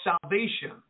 salvation